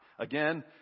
Again